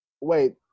Wait